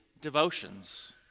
devotions